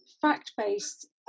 fact-based